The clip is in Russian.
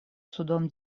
судом